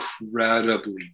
incredibly